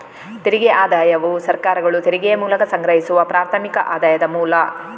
ತೆರಿಗೆ ಆದಾಯವು ಸರ್ಕಾರಗಳು ತೆರಿಗೆಯ ಮೂಲಕ ಸಂಗ್ರಹಿಸುವ ಪ್ರಾಥಮಿಕ ಆದಾಯದ ಮೂಲ